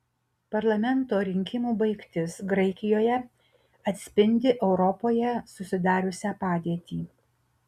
parlamento rinkimų baigtis graikijoje atspindi europoje susidariusią padėtį